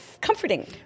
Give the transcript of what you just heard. comforting